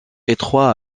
étroit